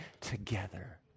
together